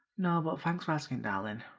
no, but thanks for asking darling.